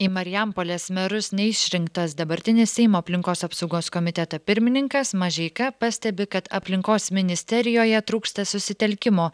į marijampolės merus neišrinktas dabartinis seimo aplinkos apsaugos komiteto pirmininkas mažeika pastebi kad aplinkos ministerijoje trūksta susitelkimo